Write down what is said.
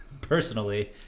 personally